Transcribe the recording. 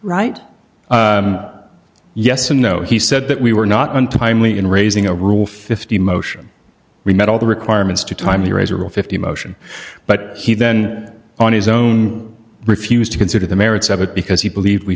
right yes and no he said that we were not untimely in raising a rule fifty motion we met all the requirements to time here as a rule fifty motion but he then on his own refused to consider the merits of it because he believes we